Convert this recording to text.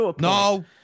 No